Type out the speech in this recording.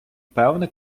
певне